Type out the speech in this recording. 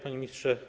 Panie Ministrze!